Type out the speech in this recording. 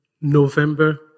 November